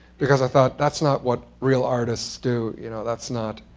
because i thought that's not what real artists do. you know that's not.